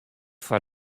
foar